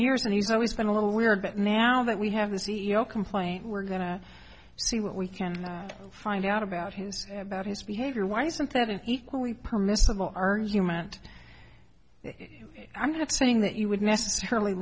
years and he's always been a little weird but now that we have the c e o complaint we're going to see what we can find out about him about his behavior why isn't that an equally permissible argument i'm not saying that you would necessarily